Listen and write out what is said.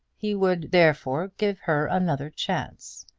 he would, therefore, give her another chance,